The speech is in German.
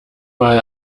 mal